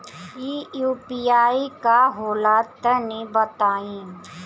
इ यू.पी.आई का होला तनि बताईं?